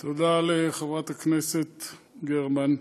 תודה לחברת הכנסת גרמן,